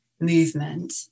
movement